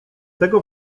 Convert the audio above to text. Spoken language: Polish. tego